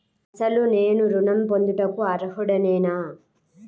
అసలు నేను ఋణం పొందుటకు అర్హుడనేన?